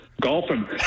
Golfing